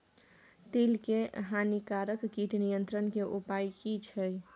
तिल के हानिकारक कीट नियंत्रण के उपाय की छिये?